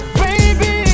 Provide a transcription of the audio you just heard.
baby